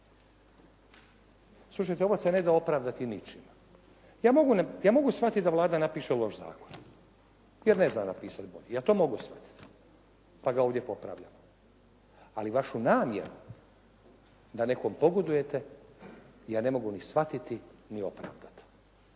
Slušajte, ovo se ne da opravdati ničime. Ja mogu shvatiti da Vlada napiše loš zakon jer ne zna napisati bolji, ja to mogu shvatiti pa ga ovdje popravljamo, ali vašu namjeru da nekome pogodujete ja ne mogu ni shvatiti ni opravdati.